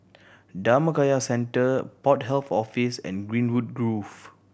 Dhammakaya Centre Port Health Office and Greenwood Grove